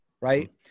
right